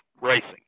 racing